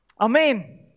Amen